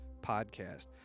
podcast